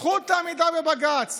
זכות העמידה בבג"ץ.